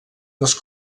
les